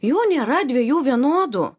jų nėra dviejų vienodų